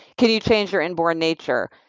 can you change your inborn nature?